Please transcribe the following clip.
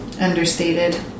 understated